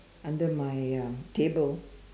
under my um table